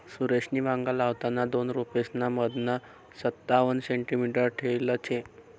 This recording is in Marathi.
सुरेशनी वांगा लावताना दोन रोपेसना मधमा संतावण सेंटीमीटर ठेयल शे